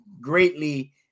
greatly